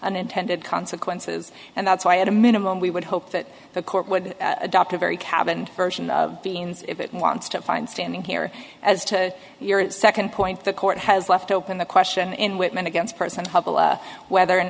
unintended consequences and that's why at a minimum we would hope that the court would adopt a very cabined version of beans if it wants to find standing here as to your second point the court has left open the question in whitman against person whether an